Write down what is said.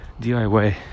diy